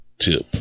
tip